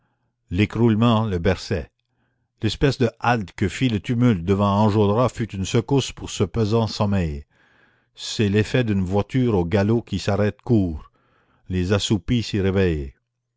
l'écroulement le berçait l'espèce de halte que fit le tumulte devant enjolras fut une secousse pour ce pesant sommeil c'est l'effet d'une voiture au galop qui s'arrête court les assoupis s'y réveillent